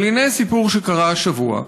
אבל הינה סיפור שקרה השבוע,